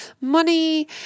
money